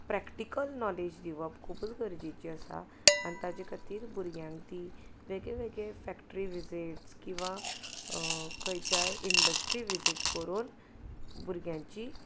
practical knowledge दिवप खुबूच गरजेची आसा आनी ताचे खातीर भुरग्यांक तीं वेगळे वेगळे फॅक्ट्री विजीट्स किंवा खंयच्याय इंडस्ट्री विझीट करून भुरग्यांची